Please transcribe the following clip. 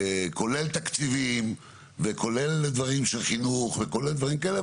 כולל תקציבים וכולל דברים של חינוך וכולל דברים כאלה.